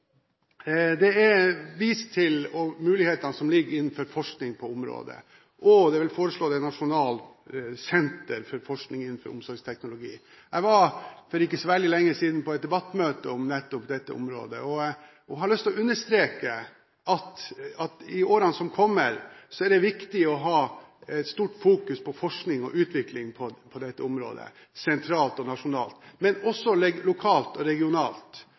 Det er vist til mulighetene som ligger innenfor forskning på området, og det er foreslått et nasjonalt senter for forskning på omsorgsteknologi. Jeg var for ikke så veldig lenge siden på et debattmøte om nettopp dette temaet og har lyst til å understreke at i årene som kommer, er det viktig å ha et stort fokus på forskning og utvikling på dette området, sentralt og nasjonalt, men også lokalt og regionalt